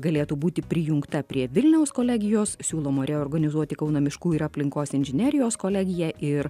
galėtų būti prijungta prie vilniaus kolegijos siūlomų reorganizuoti kauno miškų ir aplinkos inžinerijos kolegiją ir